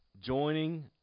joining